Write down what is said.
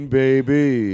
baby